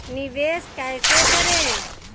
निवेश कैसे करें?